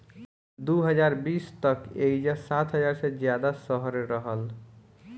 दू हज़ार बीस तक एइजा सात हज़ार से ज्यादा शहर रहल